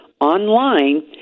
online